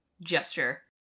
gesture